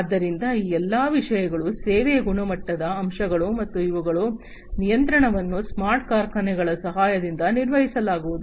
ಆದ್ದರಿಂದ ಈ ಎಲ್ಲಾ ವಿಷಯಗಳು ಸೇವೆಯ ಗುಣಮಟ್ಟದ ಅಂಶಗಳು ಮತ್ತು ಅವುಗಳ ನಿಯಂತ್ರಣವನ್ನು ಸ್ಮಾರ್ಟ್ ಕಾರ್ಖಾನೆಗಳ ಸಹಾಯದಿಂದ ನಿರ್ವಹಿಸಲಾಗುವುದು